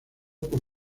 por